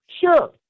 Sure